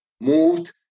moved